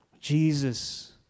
Jesus